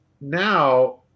now